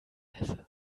käse